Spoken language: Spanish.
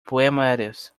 poemarios